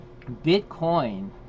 Bitcoin